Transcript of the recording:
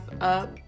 up